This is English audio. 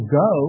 go